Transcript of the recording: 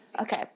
Okay